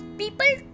people